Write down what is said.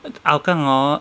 hougang hor